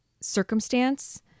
circumstance